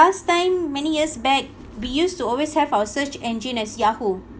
last time many years back we used to always have our search engine as yahoo